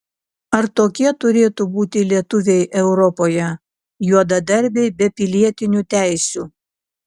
ar tokie turėtų būti lietuviai europoje juodadarbiai be pilietinių teisių